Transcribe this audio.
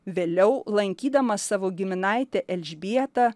vėliau lankydama savo giminaitę elžbietą